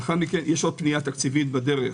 לאחר מכן יש פנייה תקציבית בדרך